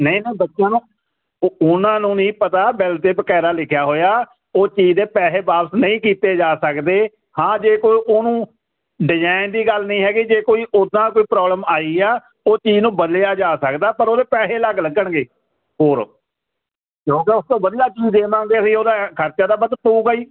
ਨਹੀਂ ਨਾ ਬੱਚਿਆਂ ਨੂੰ ਉਹਨਾਂ ਨੂੰ ਨਹੀਂ ਪਤਾ ਬਿੱਲ ਤੇ ਬਕਾਇਦਾ ਲਿਖਿਆ ਹੋਇਆ ਉਹ ਚੀਜ਼ ਦੇ ਪੈਸੇ ਵਾਪਸ ਨਹੀਂ ਕੀਤੇ ਜਾ ਸਕਦੇ ਹਾਂ ਜੇ ਕੋਈ ਉਹਨੂੰ ਡਿਜ਼ਾਇਨ ਦੀ ਗੱਲ ਨਹੀਂ ਹੈਗੀ ਜੇ ਕੋਈ ਉਦਾਂ ਕੋਈ ਪ੍ਰੋਬਲਮ ਆਈ ਆ ਉਹ ਚੀਜ਼ ਨੂੰ ਬਦਲਿਆ ਜਾ ਸਕਦਾ ਪਰ ਉਹਦੇ ਪੈਸੇ ਅਲੱਗ ਲੱਗਣਗੇ ਹੋਰ ਕਿਉਂਕਿ ਉਸ ਤੋਂ ਵਧੀਆ ਚੀਜ਼ ਦੇਵਾਂਗੇ ਅਸੀਂ ਉਹਦਾ ਖਰਚਾ ਤਾਂ ਵੱਧ ਪਊਗਾ ਹੀ